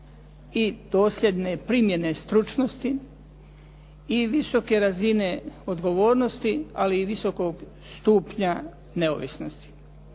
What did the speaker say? i dosljedne primjene stručnosti i visoke razine odgovornosti, ali i visokog stupnja neovisnosti.